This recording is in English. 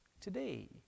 Today